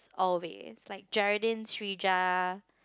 always like Geraldine Srijah